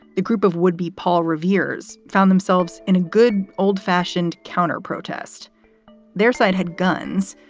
the group of would be paul revere's found themselves in a good old fashioned counterprotest their side had guns.